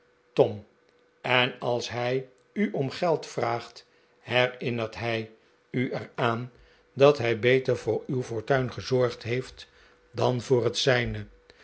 tom en als hij u om geld vraagt herinnert hij u er aan dat hij beter voor uw fortuin gezorgd heeft dan voor het zijne